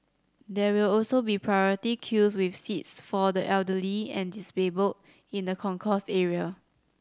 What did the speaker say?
there will also be priority queues with seats for the elderly and disabled in the concourse area